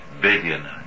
billion